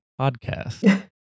podcast